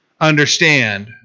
understand